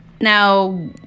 Now